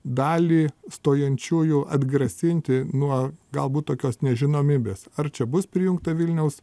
dalį stojančiųjų atgrasinti nuo galbūt tokios nežinomybės ar čia bus prijungta vilniaus